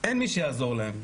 אין מי שיעזור להן.